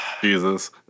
Jesus